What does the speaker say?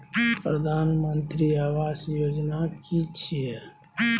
प्रधानमंत्री आवास योजना कि छिए?